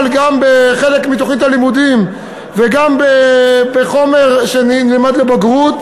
גם בחלק מתוכנית הלימודים וגם בחומר שנלמד לבגרות,